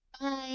bye